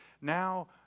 Now